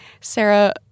Sarah